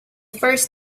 first